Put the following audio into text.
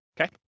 Okay